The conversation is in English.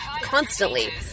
constantly